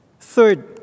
Third